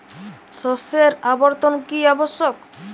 শস্যের আবর্তন কী আবশ্যক?